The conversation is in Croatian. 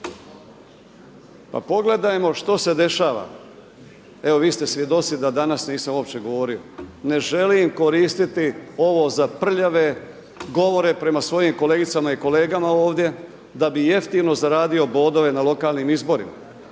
Pa pogledajmo što se dešava, evo vi ste svjedoci da danas nisam uopće govorio, ne želim koristiti ovo za prljave govore prema svojim kolegicama i kolegama ovdje da bi jeftino zaradio bodove na lokalnim izborima.